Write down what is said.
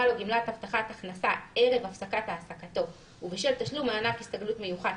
לו גמלת הבטחת הכנסה ערב הפסקת העסקתו ובשל תשלום מענק הסתגלות מיוחד,